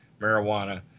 marijuana